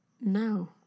No